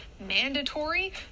mandatory